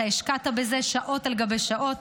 אתה השקעת בזה שעות על גבי שעות.